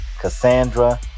Cassandra